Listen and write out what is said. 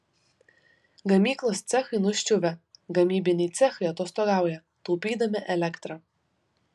gamyklos cechai nuščiuvę gamybiniai cechai atostogauja taupydami elektrą